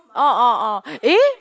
oh oh oh eh